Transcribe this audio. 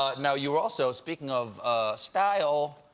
you know you are also, speaking of style.